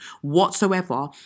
whatsoever